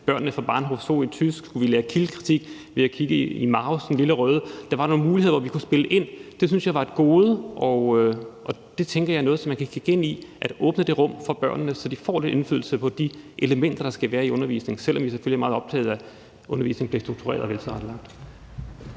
børn fra Bahnhof Zoo« i tysk? Skulle vi lære kildekritik ved at kigge i Maos »Den Lille Røde«? Der var nogle muligheder, hvor vi kunne spille ind. Det syntes jeg var et gode, og det tænker jeg er noget som man kan kigge ind i og altså åbne det rum for børnene, så de får lidt indflydelse på de elementer, der skal være i undervisningen, selv om vi selvfølgelig er meget optagede af, at undervisningen bliver struktureret og veltilrettelagt.